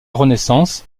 renaissance